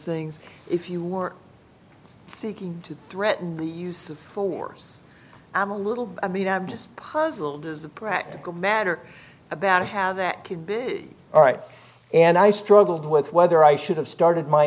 things if you were seeking to threaten the use of force i'm a little i mean abd puzzled as a practical matter about how that could be all right and i struggled with whether i should have started my